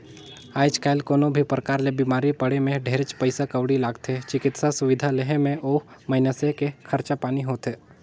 आयज कायल कोनो भी परकार ले बिमारी पड़े मे ढेरेच पइसा कउड़ी लागथे, चिकित्सा सुबिधा लेहे मे ओ मइनसे के खरचा पानी होथे